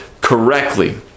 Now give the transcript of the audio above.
correctly